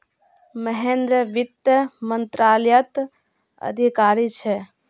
महेंद्र वित्त मंत्रालयत अधिकारी छे